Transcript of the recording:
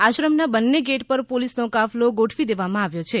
આશ્રમના બંને ગેટ પર પોલીસનો કાફલો ગોઠવી દેવામાં આવ્યો છે